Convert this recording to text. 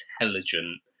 intelligent